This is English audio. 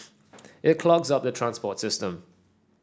it clogs up the transport system